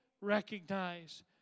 recognize